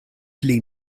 pli